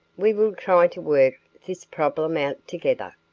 we will try to work this problem out together.